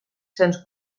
cents